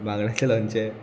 बांगड्यांचे लोणचें